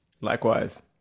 Likewise